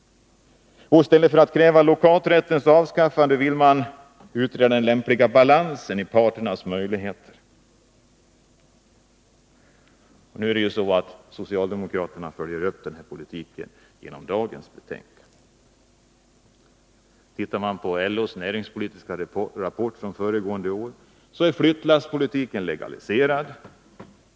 Och i stället för att kräva lockouträttens avskaffande vill man utreda den lämpliga balansen i parternas möjligheter att vidta stridsåtgärder. Socialdemokraterna följer upp denna politik genom det beslut som kommer att fattas med utgångspunkt i dagens betänkande. Tittar man på LO:s näringspolitiska rapport från föregående år, finner man att flyttlasspolitiken är legaliserad.